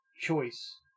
choice